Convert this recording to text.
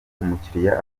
umukiliya